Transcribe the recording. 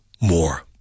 more